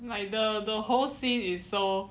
like the the whole scene is so